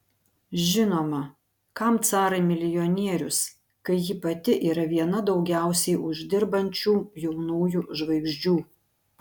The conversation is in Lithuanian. žinoma kam carai milijonierius kai ji pati yra viena daugiausiai uždirbančių jaunųjų žvaigždžių